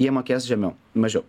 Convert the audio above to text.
jie mokės žemiau mažiau